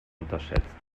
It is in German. unterschätzt